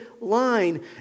line